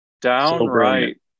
downright